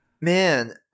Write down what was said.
Man